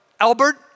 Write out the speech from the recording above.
Albert